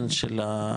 כן,